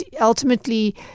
ultimately